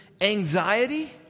anxiety